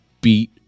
beat